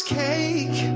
cake